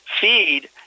feed